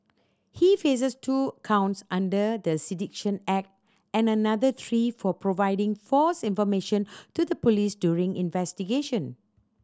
he faces two counts under the Sedition Act and another three for providing false information to the police during investigation